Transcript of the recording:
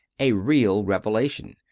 a real revela tion,